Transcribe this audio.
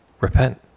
Repent